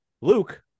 Luke